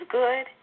good